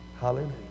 Hallelujah